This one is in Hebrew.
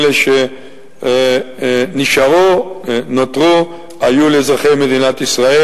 אלה שנשארו, שנותרו, היו לאזרחי מדינת ישראל.